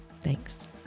thanks